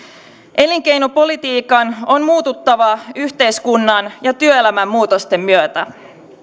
elinkeinopolitiikan on muututtava yhteiskunnan ja työelämän muutosten myötä